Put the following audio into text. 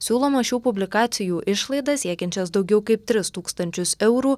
siūloma šių publikacijų išlaidas siekiančias daugiau kaip tris tūkstančius eurų